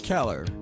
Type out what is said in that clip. Keller